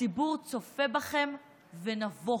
הציבור צופה בכם ונבוך,